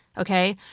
ok?